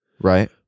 Right